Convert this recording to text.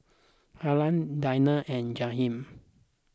Halle Dina and Jahiem